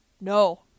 no